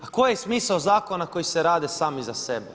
Koji je smisao zakona koji se rade sami za sebe?